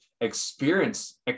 experience